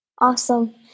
Awesome